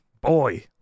boy